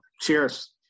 Cheers